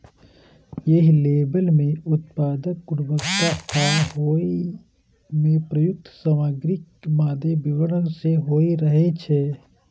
एहि लेबल मे उत्पादक गुणवत्ता आ ओइ मे प्रयुक्त सामग्रीक मादे विवरण सेहो रहै छै